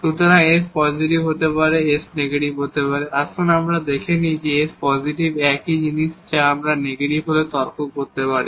সুতরাং s positive হতে পারে s নেগেটিভ হতে পারে আসুন আমরা ধরে নিই যে s পজিটিভ একই জিনিস যা আমরা নেগেটিভ হলে তর্ক করতে পারি